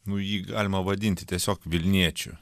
nu jį galima vadinti tiesiog vilniečiu